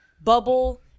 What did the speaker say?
bubble